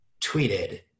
tweeted